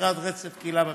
יצירת רצף קהילה פנימייה.